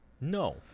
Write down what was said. No